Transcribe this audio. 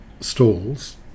stalls